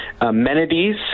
amenities